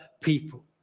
people